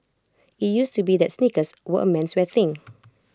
IT used to be that sneakers were A menswear thing